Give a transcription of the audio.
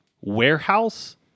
warehouse